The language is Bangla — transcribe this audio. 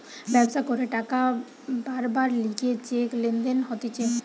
ব্যবসা করে টাকা বারবার লিগে যে লেনদেন হতিছে